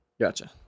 Gotcha